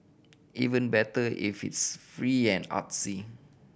even better if it's free and artsy